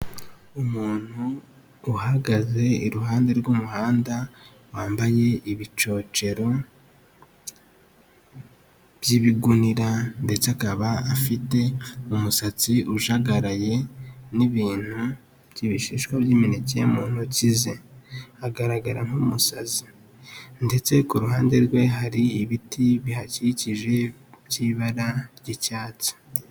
Umuntu uhagaze iruhande rw'umuhanda wambaye ibicocero by'ibigunira ndetse akaba afite umusatsi ujagaraye, n'ibintu by'ibishishwa by'imineke mu ntoki ze agaragara nk'umusazi ndetse ku ruhande rwe hari ibiti bihakikije by'ibara ry'icyatsi.